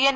N